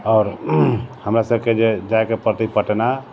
आओर हमरा सबके जे जाइके पड़तै पटना